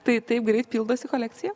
tai taip greit pildosi kolekcija